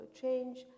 change